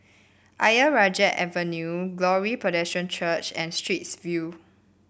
Ayer Rajah Avenue Glory Presbyterian Church and Straits View